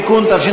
51,